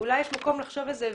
ואולי יש מקום לחשוב על זה,